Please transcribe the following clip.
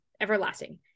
everlasting